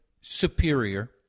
Superior